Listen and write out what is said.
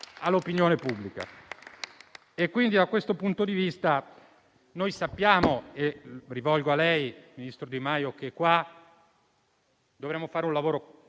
all'opinione pubblica. Da questo punto di vista, noi sappiamo - e mi rivolgo a lei, ministro Di Maio - che dovremo fare un lavoro